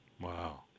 Wow